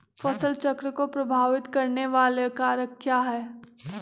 फसल चक्र को प्रभावित करने वाले कारक क्या है?